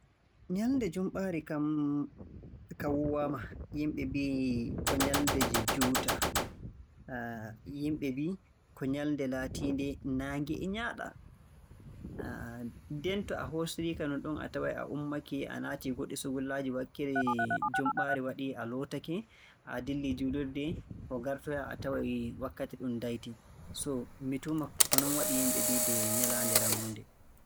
Nyalnde Jumɓaare kam ka woowaama, yimɓe mbi'i ko nyalnde nde juutaa. yimɓe mbii ko nyalnde laatiinde naange e nyaaɗa. nden to a hoosirii-ka nonɗum, a taway a ummake a naatii goɗɗi sungullaaji wakkere - Jumɓaare waɗii a lootake a dillii juulirde. Ko ngartoyaa a taway wakkati ɗum daaytii. So mi tuuma ko non waɗi yimɓe mbii ko nyalaande rammunde.